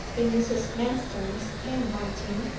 in mrs. manston's handwriting,